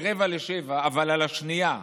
ב-06:45, אבל על השנייה,